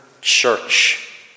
church